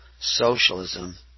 Socialism